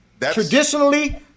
Traditionally